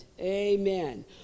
Amen